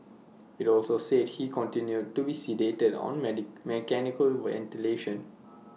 IT also said he continued to be sedated and on many mechanical ventilation